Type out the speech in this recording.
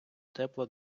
тепла